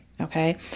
okay